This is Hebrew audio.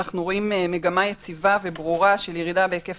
אנחנו רואים מגמה יציבה וברורה של ירידה בהיקף